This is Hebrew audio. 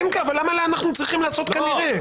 אבל למה אנחנו צריכים לעשות כנראה?